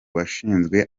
bashinzwe